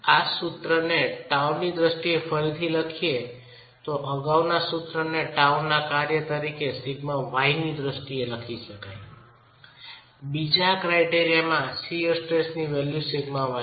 આ સૂત્ર ને τ ની દ્રષ્ટિએ ફરીથી લખીએ તો અગાઉના સૂત્ર ને τ ના કાર્ય તરીકે σy ની દ્રષ્ટિએ લખી શકાઈ છે બીજા ક્રાયટેરિયામાં શીયર સ્ટ્રેસની વેલ્યુ σy લો